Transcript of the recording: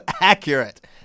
Accurate